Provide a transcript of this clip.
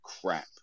crap